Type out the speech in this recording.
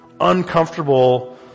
uncomfortable